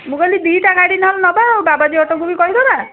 ମୁଁ କହିଲି ଦୁଇଟା ଗାଡ଼ି ନହେଲେ ନବା ଆଉ ବାବାଜୀ ଅଟୋକୁ ବି କହିଦବା